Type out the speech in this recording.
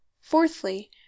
Fourthly